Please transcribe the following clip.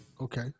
Okay